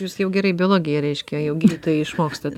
jūs jau gerai biologija reiškia jau gydytojai išmokstat